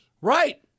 Right